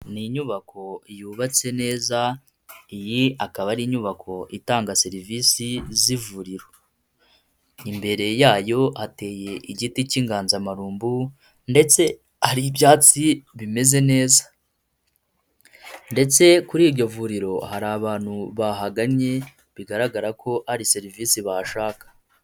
Ni inyubako yubatse neza, iyi akaba ari inyubako itanga serivisi z'ivuriro. Imbere yayo hateye igiti cy'inganzamarumbu ndetse hari ibyatsi bimeze neza. Ndetse kuri iryo vuriro hari abantu bahanganye bigaragara ko hari serivisi bahashaka.